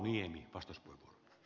arvoisa puhemies